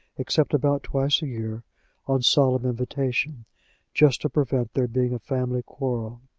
except about twice a year on solemn invitation just to prevent there being a family quarrel.